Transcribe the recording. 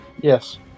Yes